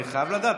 אני חייב לדעת,